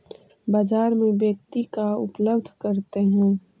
बाजार में व्यक्ति का उपलब्ध करते हैं?